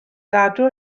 gadw